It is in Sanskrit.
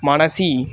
मनसि